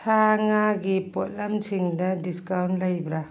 ꯁꯥ ꯉꯥꯒꯤ ꯄꯣꯠꯂꯝꯁꯤꯡꯗ ꯗꯤꯁꯀꯥꯎꯟ ꯂꯩꯕ꯭ꯔꯥ